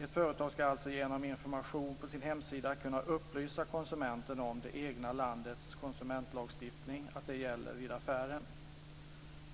Ett företag ska alltså genom information på sin hemsida kunna upplysa konsumenten om att det egna landets konsumentlagstiftning gäller vid affären.